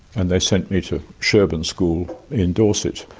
and they sent me to sherborne school in dorset,